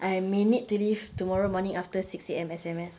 I may need to leave tomorrow morning after six A_M S_M_S